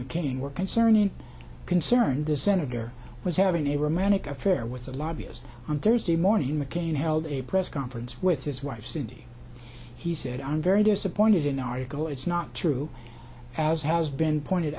mccain were concerning concerned the senator was having a romantic affair with a lobbyist on thursday morning mccain held a press conference with his wife cindy he said i'm very disappointed in the article it's not true as has been pointed